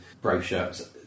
Brochures